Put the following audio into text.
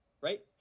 right